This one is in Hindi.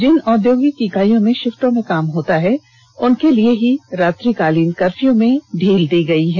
जिन औद्योगिक इकाइयों में शिफ्टों में काम होता है उनके लिए भी रात्रिकालीन कर्फ्यू में ढील दी गई है